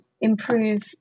improve